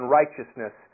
righteousness